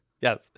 Yes